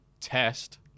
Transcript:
test